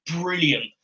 brilliant